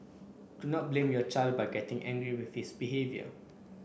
do not blame your child by getting angry with his behaviour